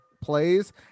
plays –